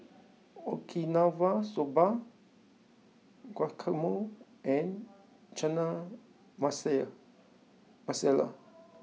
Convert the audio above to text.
Okinawa Soba Guacamole and Chana Masala